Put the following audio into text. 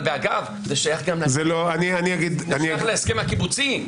אבל זה שייך להסכם הקיבוצי,